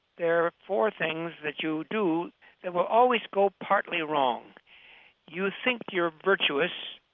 there are four things that you do that will always go partly wrong you think you're virtuous.